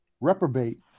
reprobate